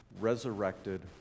resurrected